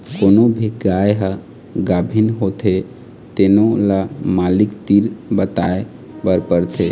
कोनो भी गाय ह गाभिन होथे तेनो ल मालिक तीर बताए बर परथे